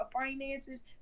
finances